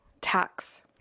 tax